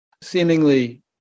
seemingly